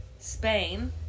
Spain